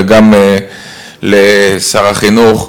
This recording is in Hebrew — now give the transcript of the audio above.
וגם לשר החינוך,